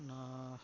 నా